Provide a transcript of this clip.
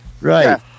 Right